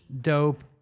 Dope